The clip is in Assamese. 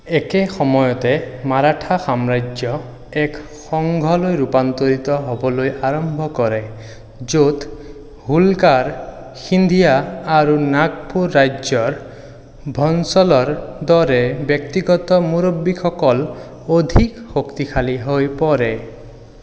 একে সময়তে মাৰাঠা সাম্ৰাজ্য এক সংঘলৈ ৰূপান্তৰিত হ'বলৈ আৰম্ভ কৰে য'ত হোলকাৰ সিন্ধিয়া আৰু নাগপুৰ ৰাজ্যৰ ভনছলৰ দৰে ব্যক্তিগত মুৰব্বীসকল অধিক শক্তিশালী হৈ পৰে